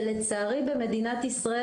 ולצערי במדינת ישראל,